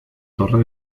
torre